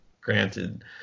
granted